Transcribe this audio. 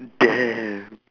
damn